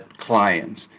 clients